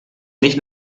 nicht